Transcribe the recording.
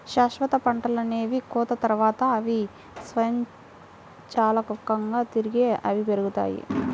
శాశ్వత పంటలనేవి కోత తర్వాత, అవి స్వయంచాలకంగా తిరిగి అవే పెరుగుతాయి